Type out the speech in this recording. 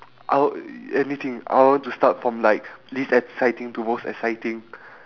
I'll anything I want to start from like least exciting to most exciting